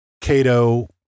Cato